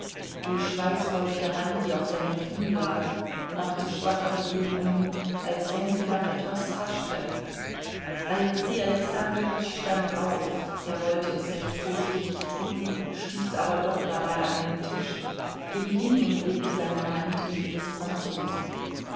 die schweißfeuchte hand die auf seinem knie lag machte schwache bewegungen als wenn sie nach etwas haschte alexei alexandrowitsch stand auf er wollte es recht vorsichtig tun stieß aber doch dabei an den tisch ging hin und legte seine hand in die des franzosen